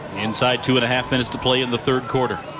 inside two and half minutes to play in the third quarter.